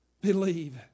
believe